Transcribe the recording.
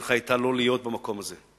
לא היתה צריכה להיות במקום הזה,